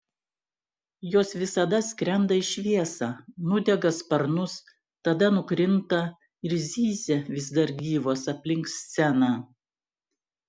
jos visada skrenda į šviesą nudega sparnus tada nukrinta ir zyzia vis dar gyvos aplink sceną